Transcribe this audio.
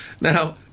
Now